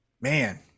Man